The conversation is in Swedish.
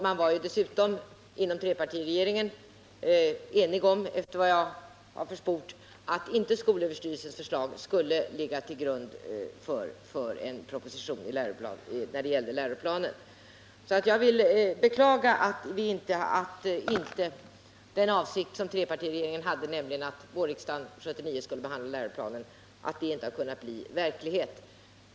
Man var dessutom inom trepartiregeringen enig, efter vad jag har försport, om att skolöverstyrelsens förslag inte skulle ligga till grund för en proposition om läroplanen. Jag vill beklaga att inte den avsikt som trepartiregeringen hade, nämligen att vårriksdagen 1979 skulle behandla läroplanen, har kunnat bli verklighet.